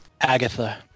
Agatha